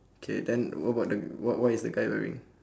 K then what about the what what is the guy wearing